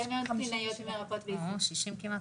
כמעט